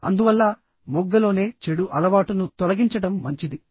అందువల్ల మొగ్గలోనే చెడు అలవాటును తొలగించడం మంచిది